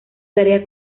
tarea